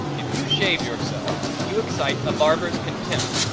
if you shave yourself you excite a barber's contempt,